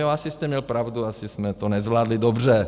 Asi jste měl pravdu, asi jsme to nezvládli dobře.